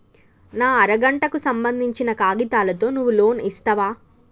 నా అర గంటకు సంబందించిన కాగితాలతో నువ్వు లోన్ ఇస్తవా?